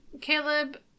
Caleb